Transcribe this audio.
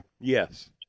Yes